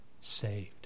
saved